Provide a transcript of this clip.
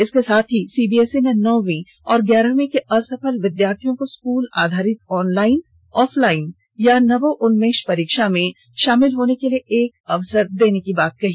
इसके साथ ही सीबीएसई नौवीं और ग्यारहवीं के असफल विद्यार्थियों को स्कूल आधारित ऑनलाइन ऑफलाइन या नवोउन्मेष परीक्षा में शामिल होने के लिए एक अवसर प्रदान करेगा